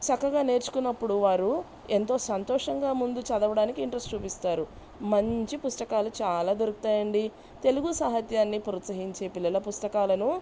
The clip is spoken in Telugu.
చక్కగా నేర్చుకున్నప్పుడు వారు ఎంతో సంతోషంగా ముందు చదవడానికి ఇంట్రెస్ట్ చూపిస్తారు మంచి పుస్తకాలు చాలా దొరుకుతాయండి తెలుగు సాహిత్యాన్ని ప్రోత్సహించే పిల్లల పుస్తకాలను